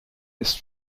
ist